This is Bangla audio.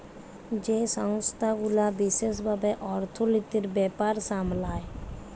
যেই সংস্থা গুলা বিশেস ভাবে অর্থলিতির ব্যাপার সামলায়